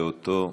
באותו נושא,